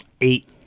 eight